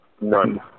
None